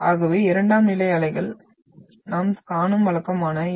ஆகவே இரண்டாம் நிலை அலைகளை நாம் காணும் வழக்கமான இது